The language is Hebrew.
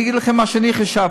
אגיד לכם מה שאני חשבתי.